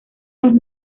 los